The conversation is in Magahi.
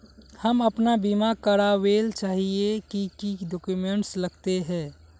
हम अपन बीमा करावेल चाहिए की की डक्यूमेंट्स लगते है?